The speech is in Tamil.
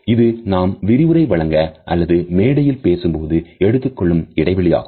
இது நாம் விரிவுரை வழங்க அல்லது மேடையில் பேசும் போது எடுத்துக்கொள்ளும் இடைவெளியாகும்